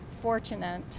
fortunate